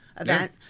event